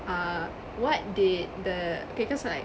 uh what did the okay cause like